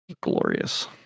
glorious